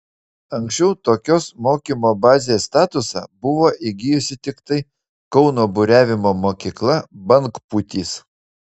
anksčiau tokios mokymo bazės statusą buvo įgijusi tiktai kauno buriavimo mokykla bangpūtys